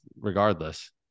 regardless